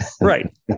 Right